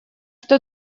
что